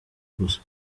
gusa